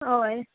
हय